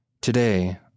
Today